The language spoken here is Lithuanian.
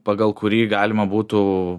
pagal kurį galima būtų